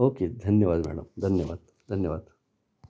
okay धन्यवाद madam धन्यवाद धन्यवाद